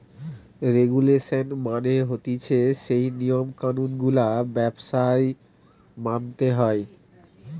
regulation মানে হতিছে যেই নিয়ম কানুন গুলা ব্যবসায় মানতে হয়